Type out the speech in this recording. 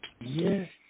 Yes